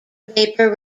vapor